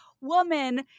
woman